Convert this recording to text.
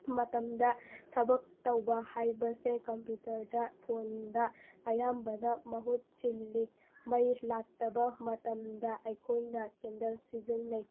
ꯃꯇꯝꯗ ꯊꯕꯛ ꯇꯧꯕ ꯍꯥꯏꯕꯁꯦ ꯀꯝꯄ꯭ꯌꯨꯇꯔꯗ ꯐꯣꯟꯗ ꯑꯌꯥꯝꯕꯅ ꯃꯍꯨꯠ ꯁꯤꯜꯂꯤ ꯃꯩ ꯂꯥꯛꯇꯕ ꯃꯇꯝꯗ ꯑꯩꯈꯣꯏꯅ ꯀꯦꯟꯗꯜ ꯁꯤꯖꯤꯟꯅꯩ